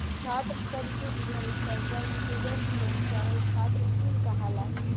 छात्र सब के दिहल कर्जा स्टूडेंट लोन चाहे छात्र इन कहाला